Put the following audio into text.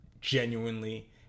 genuinely